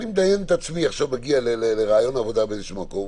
אני מדמיין את עצמי מגיע עכשיו לריאיון עבודה באיזשהו מקום,